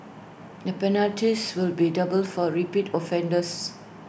the penalties will be doubled for repeat offenders